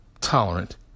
tolerant